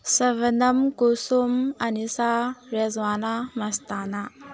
ꯁꯥꯕꯦꯅꯝ ꯀꯨꯁꯨꯝ ꯑꯅꯤꯁꯥ ꯔꯦꯖ꯭ꯋꯥꯅ ꯃꯁꯇꯥꯅ